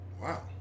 Wow